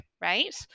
right